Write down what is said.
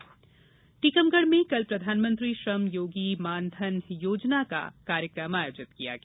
मानधन योजना टीकमगढ में कल प्रधानमंत्री श्रम योगी मानधन योजना का कार्यक्रम आयोजित किया गया